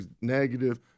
negative